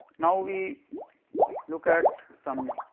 now, we look at some